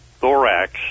thorax